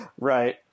Right